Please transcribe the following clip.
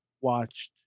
watched